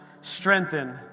strengthen